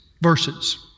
verses